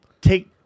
take